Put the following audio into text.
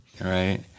right